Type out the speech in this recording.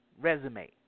resume